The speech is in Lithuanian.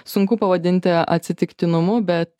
sunku pavadinti atsitiktinumu bet